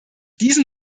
diesem